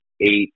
eight